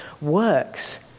works